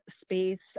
space